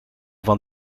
van